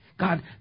God